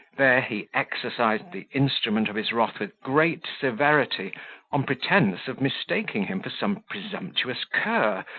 there he exercised the instrument of his wrath with great severity on pretence of mistaking him for some presumptuous cur,